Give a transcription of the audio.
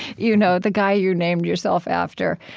you know, the guy you named yourself after